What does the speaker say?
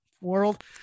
world